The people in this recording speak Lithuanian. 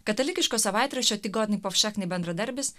katalikiško savaitraščio tygodnik powszechny bendradarbis